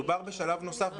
מדובר בשלב נוסף,